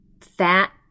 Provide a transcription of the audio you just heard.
fat